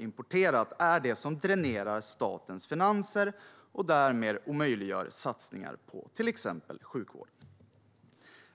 importerat är de som dränerar statens finanser och därmed omöjliggör satsningar på till exempel sjukvård.